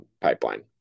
pipeline